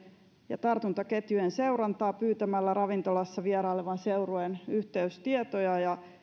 ja tartuntaketjujen seurantaa pyytämällä ravintolassa vierailevan seurueen yhteystietoja ja